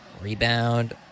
Rebound